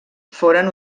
foren